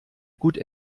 gut